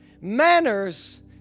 Manners